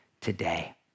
today